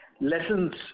lessons